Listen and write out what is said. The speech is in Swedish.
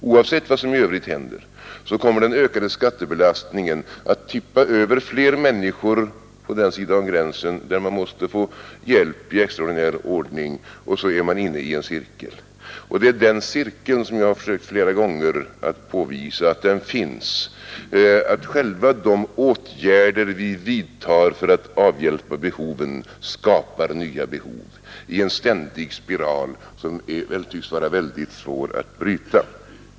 Oavsett vad som i övrigt händer kommer alltså den ökade skattebelastningen att tippa över fler människor på den sida om gränsen där man måste få hjälp i extraordinär ordning, och så är man inne i en cirkel. Det är den cirkeln som jag flera gånger har försökt påvisa finns: själva de åtgärder vi vidtar för att avhjälpa behoven skapar nya behov i en ständig spiral som tycks vara mycket svår att bryta.